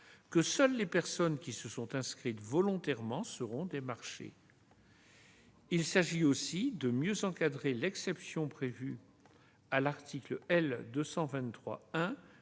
que seules les personnes qui se sont inscrites volontairement seront démarchées. Il s'agit aussi de mieux encadrer l'exception prévue à l'article L. 223-1